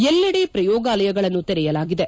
ಎಲ್ಲೆಡೆ ಪ್ರಯೋಗಾಲಯಗಳನ್ನು ತೆರೆಯಲಾಗಿದೆ